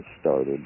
started